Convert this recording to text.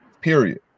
period